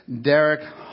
Derek